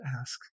ask